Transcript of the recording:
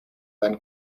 than